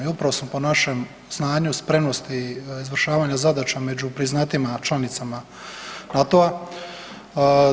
I upravo smo po našem znanju, spremnosti i izvršavanju zadaća među priznatijim članicama NATO-a.